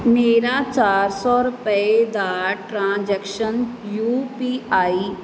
ਮੇਰਾ ਚਾਰ ਸੌ ਰੁਪਏ ਦਾ ਟ੍ਰਾਂਜੈਕਸ਼ਨ ਯੂ ਪੀ ਆਈ